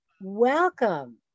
welcome